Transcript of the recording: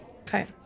Okay